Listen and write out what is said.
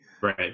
Right